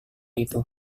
itu